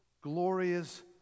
glorious